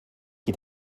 qui